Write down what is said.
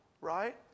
right